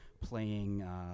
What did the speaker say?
playing